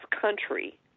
country